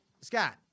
Scott